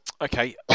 Okay